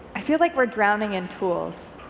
i feel like we're drowning in tools.